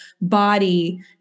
body